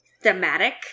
thematic